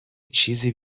چیزی